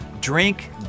drink